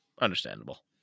Understandable